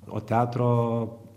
o teatro